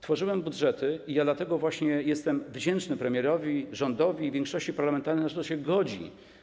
Tworzyłem budżety i dlatego właśnie jestem wdzięczny premierowi, rządowi i większości parlamentarnej, że to się godzi.